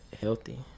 healthy